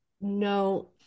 No